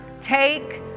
take